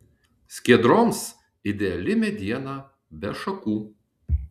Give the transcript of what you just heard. skiedroms ideali mediena be šakų